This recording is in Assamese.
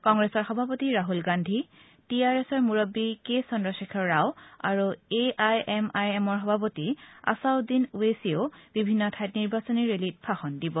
কংগ্ৰেছৰ সবাপতি ৰাহুল গান্ধী টি আৰ এছৰ মূৰব্বী কে চদ্ৰশেখৰ ৰাও আৰু এ আই এম আই এমৰ সভাপতি আচাউদ্দিন ওৱেচিয়েও বিভিন্ন ঠাইত নিৰ্বাচনী ৰেলীত ভাষণ দিব